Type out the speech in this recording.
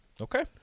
Okay